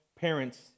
parents